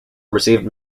received